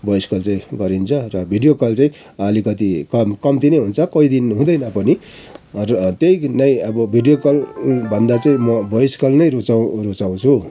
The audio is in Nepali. भोइस कल चाहिँ गरिन्छ र भिडियो कल चाहिँ अलिकति कम कम्ती नै हुन्छ कोही दिन हुँदैन पनि र त्यही नै अब भिडियो कल भन्दा चाहिँ म भोइस कल नै रुचाउ रुचाउँछु